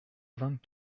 vingt